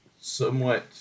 somewhat